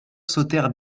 sautèrent